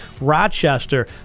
Rochester